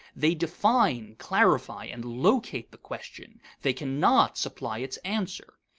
they define, clarify, and locate the question they cannot supply its answer.